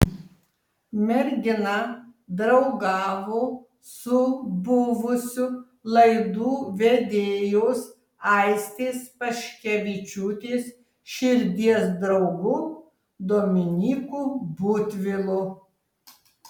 mergina draugavo su buvusiu laidų vedėjos aistės paškevičiūtės širdies draugu dominyku butvilu